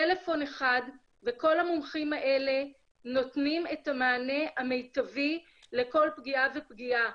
טלפון אחד וכל המומחים האלה נותנים את המענה המיטבי לכל פגיעה ופגיעה.